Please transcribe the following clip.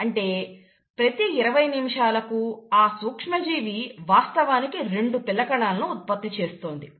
అంటే ప్రతి 20 నిమిషాలకు ఆ సూక్ష్మ జీవి వాస్తవానికి రెండు పిల్ల కణాలను ఉత్పత్తి చేస్తోంది